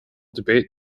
debate